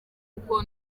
kuko